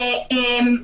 לאלימות,